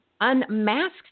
unmasked